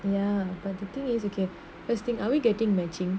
ya but the thing is okay let's think are we getting matching